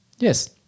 Yes